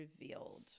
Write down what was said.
revealed